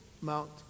Mount